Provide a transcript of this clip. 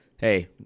Hey